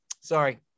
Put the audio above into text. sorry